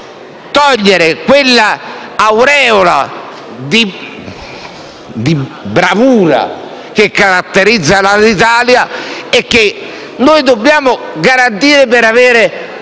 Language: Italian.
togliere quella aureola di bravura che caratterizza l'Alitalia e che noi dobbiamo garantire per arrivare